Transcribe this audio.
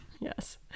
Yes